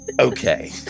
Okay